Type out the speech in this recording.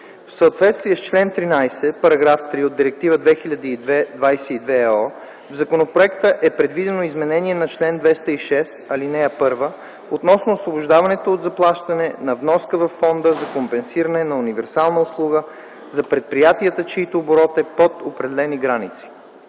В съответствие с чл. 13, параграф 3 от Директива 2002/22/ЕО, в законопроекта е предвидено изменение на чл. 206, ал. 1 относно освобождаването от заплащане на вноски във Фонда за компенсиране на универсална услуга за предприятията, чийто оборот е под определени граници.